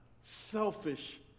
selfish